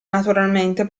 naturalmente